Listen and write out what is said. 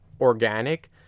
organic